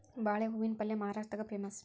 ಬಾಳೆ ಹೂವಿನ ಪಲ್ಯೆ ಮಹಾರಾಷ್ಟ್ರದಾಗ ಪೇಮಸ್